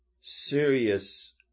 serious